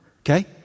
okay